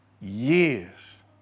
years